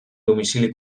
domicili